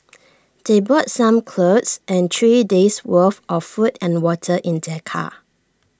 they brought some clothes and three days' worth of food and water in their car